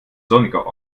sonniger